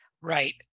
Right